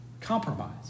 compromise